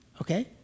Okay